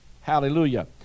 hallelujah